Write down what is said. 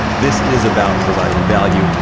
this is about providing value,